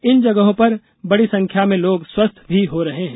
इन जगहों पर बड़ी संख्या में लोग स्वस्थ भी हो रहे हैं